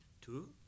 Two